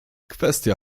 kwestia